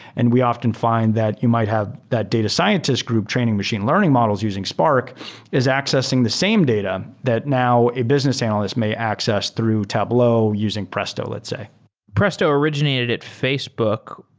and we often find that you might have that data scientist group training machine learning models using spark is accessing the same data that now a business analyst may access through tableau using presto, let's say presto originated at facebook.